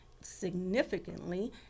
significantly